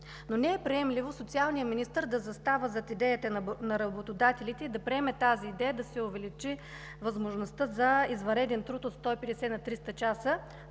но не е приемливо социалният министър да застава зад идеята на работодателите и да приеме идеята да се увеличи възможността за извънреден труд от 150 на 300 часа,